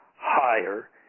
higher